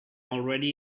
already